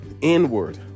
inward